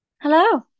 Hello